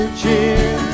cheer